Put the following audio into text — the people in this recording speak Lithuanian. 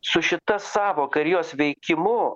su šita sąvoka ir jos veikimu